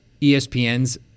ESPN's